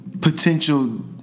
potential